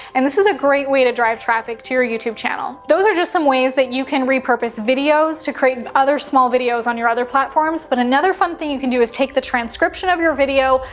and this is a great way to drive traffic to your youtube channel. those are just some ways that you can repurpose videos to create other small videos on your other platforms. but another fun thing you can do is take the transcription of your video,